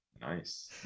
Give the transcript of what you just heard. nice